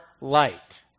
light